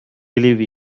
believe